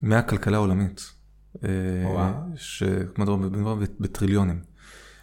מהכלכלה העולמית, מדובר בטריליונים.